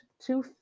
two